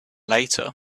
later